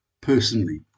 personally